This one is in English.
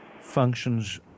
functions